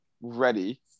ready